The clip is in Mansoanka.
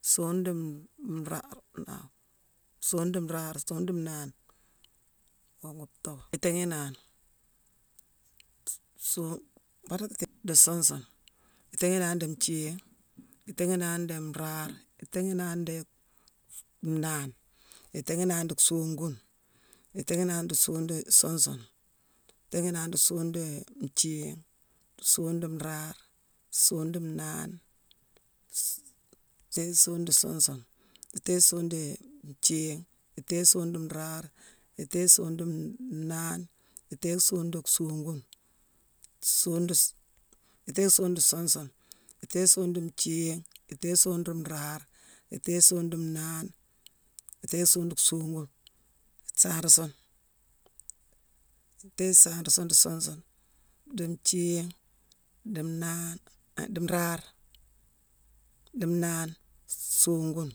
Songune dii nraa songune dii nraare, songune dii nnaane, itééghi inaane. Songune-battatitane-dii suun sune, itééghi inaane dii nthiigh, itééghi inaane dii nraare, itééghi inaane dii nnaane, itééghi inaane dii songune, itééghi inaane dii songune dii suun sune, itééghi inaane dii songune dii nthiigh, songune nraare, songune dii nnaane, itééghi songune dii suun sune, itééghi songune dii nthiigh, itééghi songune dii nraare, itééghi songune dii nnaane, itééghi songune dii nnaane, itééghi songune dii songune, songune dii suu-itééghi songune dii suun sune, itééghi songune dii nthiigh, itééghi songune dii nraare, itééghi songune dii nnaane, itééghi songune dii songune, saarasongh. itééghi sanrasongh dii suun sune, dii nthiigh, dii nnaane, ha dii nraare, dii nnaane, songune,